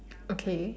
okay